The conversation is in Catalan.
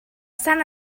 sant